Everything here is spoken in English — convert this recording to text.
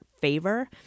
favor